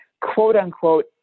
quote-unquote